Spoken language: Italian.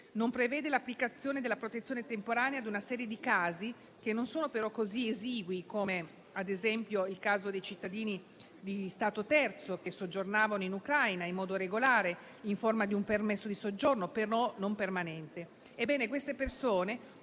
non prevede l'applicazione della protezione temporanea ad una serie di casi, che non sono però così esigui, come il caso di cittadini di Stato terzo che soggiornavano in Ucraina in modo regolare, in forma di un permesso di soggiorno, ma non permanente.